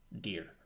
deer